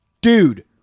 dude